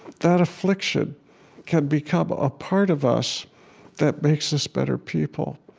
that affliction can become a part of us that makes us better people